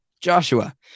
Joshua